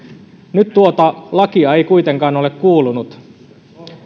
nyt tuota lakia ei kuitenkaan ole kuulunut